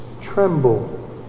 Tremble